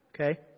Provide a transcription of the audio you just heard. okay